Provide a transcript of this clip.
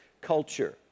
culture